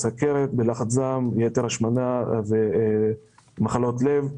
בסוכרת, בלחץ דם, ביתר השמנה ובמחלות לב.